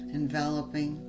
enveloping